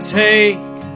take